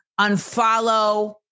unfollow